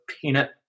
peanut